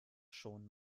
schon